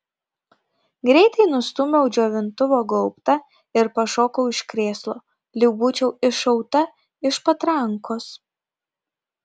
greitai nustūmiau džiovintuvo gaubtą ir pašokau iš krėslo lyg būčiau iššauta iš patrankos